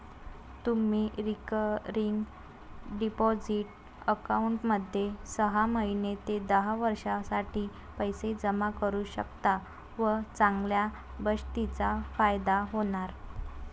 तुम्ही recurring deposit अकाउंटमध्ये सहा महिने ते दहा वर्षांसाठी पैसे जमा करू शकता व चांगल्या बचतीचा फायदा होणार